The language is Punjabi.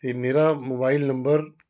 ਅਤੇ ਮੇਰਾ ਮੋਬਾਈਲ ਨੰਬਰ